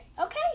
Okay